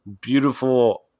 beautiful